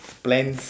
plans